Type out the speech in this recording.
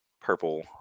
Purple